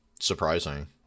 surprising